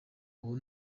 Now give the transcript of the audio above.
ubu